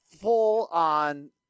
full-on